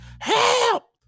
Help